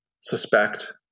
suspect